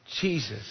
Jesus